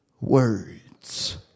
words